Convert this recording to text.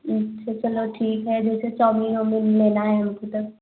तो चलो ठीक हैं जो हमें चाऊमीन वाऊमीन लेना है हमको सब